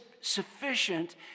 sufficient